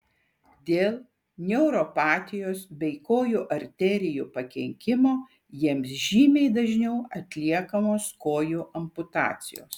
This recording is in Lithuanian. dėl neuropatijos bei kojų arterijų pakenkimo jiems žymiai dažniau atliekamos kojų amputacijos